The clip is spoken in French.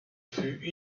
fut